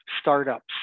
startups